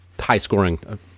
high-scoring